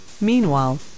Meanwhile